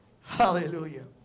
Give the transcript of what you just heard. Hallelujah